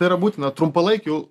tai yra būtina trumpalaikiu